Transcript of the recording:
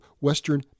Western